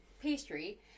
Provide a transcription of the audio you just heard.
pastry